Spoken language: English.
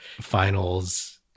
finals